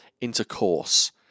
intercourse